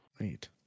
Wait